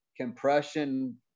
compression